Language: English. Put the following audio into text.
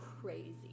crazy